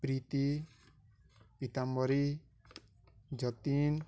Preeti Pitambari Jatin